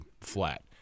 flat